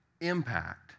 impact